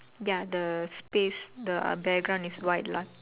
ya the space the uh background is white lah